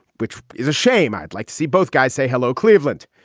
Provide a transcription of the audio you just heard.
which is a shame. i'd like to see both guys say hello, cleveland.